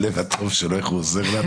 הלב הטוב שלו, איך הוא עוזר לה.